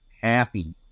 happy